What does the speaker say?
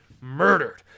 murdered